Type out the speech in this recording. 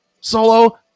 solo